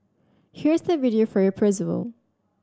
here's the video for your